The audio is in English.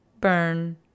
burn